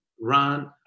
run